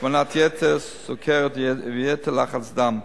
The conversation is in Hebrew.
השמנת יתר, סוכרת ויתר לחץ דם.